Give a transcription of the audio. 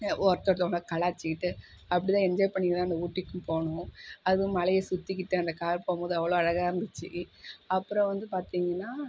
ஒருத்தொருத்தவங்க கலாச்சிக்கிட்டு அப்டி தான் என்ஜாய் பண்ணிவிட்டு தான் நாங்கள் ஊட்டிக்கும் போனோம் அதுவும் மலையை சுற்றிக்கிட்டு அந்த கார் போகும்போது அவ்வளோ அழகாக இருந்துச்சு அப்புறம் வந்து பார்த்தீங்கன்னா